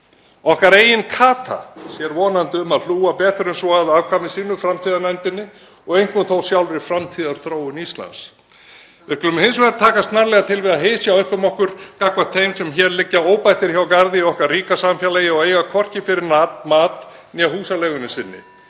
Okkar eigin Katar sér vonandi um að hlúa betur en svo að afkvæmi sínu, framtíðarnefndinni, og einkum þó sjálfri framtíðarþróun Íslands. Við skulum hins vegar taka snarlega til við að hysja upp um okkur gagnvart þeim sem hér liggja óbættir hjá garði í okkar ríka samfélagi og eiga hvorki fyrir mat né húsaleigunni sinni.